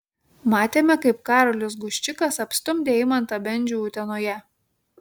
matėme kaip karolis guščikas apstumdė eimantą bendžių utenoje